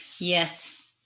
Yes